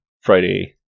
friday